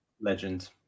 Legend